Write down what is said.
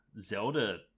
Zelda